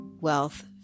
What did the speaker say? wealth